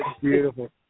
Beautiful